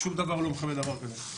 שום דבר לא מכבה דבר כזה.